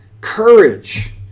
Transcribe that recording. courage